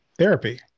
therapy